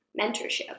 mentorship